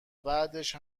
بعدش